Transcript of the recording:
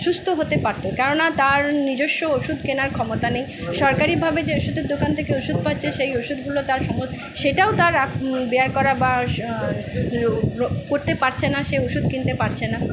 সুস্থ হতে পারতো কেন না তার নিজস্ব ওষুধ কেনার ক্ষমতা নেই সরকারিভাবে যে ওষুধের দোকান থেকে ওষুধ পাচ্ছে সেই ওষুধগুলো তার সেটাও তারা বিয়ার করা বা করতে পারছে না সে ওষুধ কিনতে পারছে না